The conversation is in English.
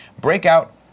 Breakout